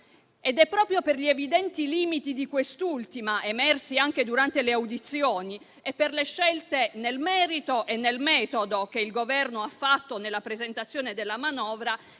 Ed è proprio per gli evidenti limiti di quest’ultima, emersi anche durante le audizioni, e per le scelte nel merito e nel metodo che il Governo ha fatto nella presentazione della manovra,